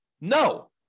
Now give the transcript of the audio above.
No